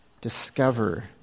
discover